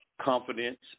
confidence